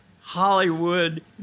Hollywood